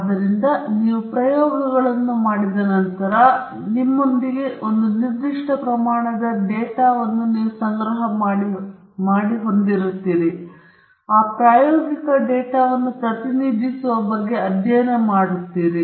ಆದ್ದರಿಂದ ನೀವು ಪ್ರಯೋಗಗಳನ್ನು ಮಾಡಿದ ನಂತರ ನಿಮ್ಮೊಂದಿಗೆ ಒಂದು ನಿರ್ದಿಷ್ಟ ಪ್ರಮಾಣದ ಡೇಟಾವನ್ನು ನೀವು ಹೊಂದಿದ್ದೀರಿ ಮತ್ತು ನೀವು ಪ್ರಾಯೋಗಿಕ ಡೇಟಾವನ್ನು ಪ್ರತಿನಿಧಿಸುವ ಬಗ್ಗೆ ಅಧ್ಯಯನ ಮಾಡುತ್ತೀರಿ